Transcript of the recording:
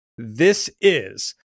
THISIS